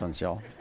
y'all